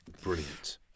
brilliant